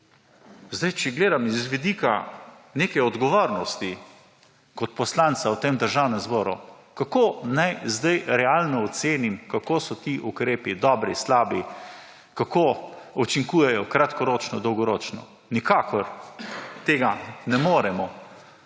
zdaj, če gledam iz vidika neke odgovornosti kot poslanca v tem državnem zboru, kako naj zdaj realno ocenim, kako so ti ukrepi dobri, slabi, kako učinkujejo kratkoročno, dolgoročno? Nikakor tega ne moremo,